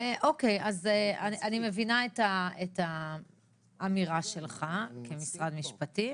אוקיי, אני מבינה את האמירה שלך כמשרד משפטים.